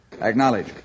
Acknowledge